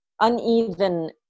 uneven